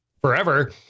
forever